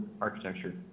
architecture